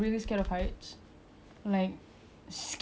level seven is already like now I live in level seven